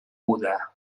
buda